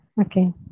okay